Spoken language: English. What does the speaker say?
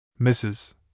Mrs